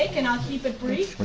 and i'll keep it brief.